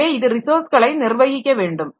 எனவே இது ரிசோர்ஸ்களை நிர்வகிக்க வேண்டும்